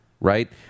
right